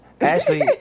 Ashley